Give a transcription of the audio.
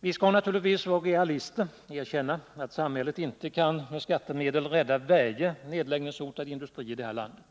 Vi skall naturligtvis vara realister och erkänna att samhället inte med skattemedel kan rädda varje nedläggningshotad industri i det här landet.